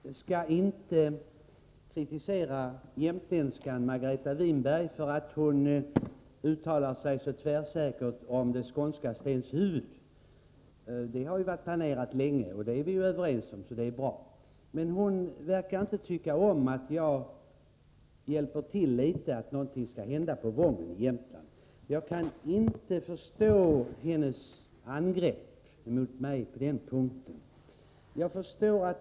Herr talman! Jag skall inte kritisera jämtländskan Margareta Winberg för att hon uttalar sig så tvärsäkert om det skånska Stenshuvud. Att avsätta den marken har ju varit planerat länge, och det är vi överens om. Men Margareta Winberg verkar inte tycka om att jag hjälper till litet för att någonting skall hända på Wången i Jämtland. Jag kan inte förstå hennes angrepp på mig på den punkten.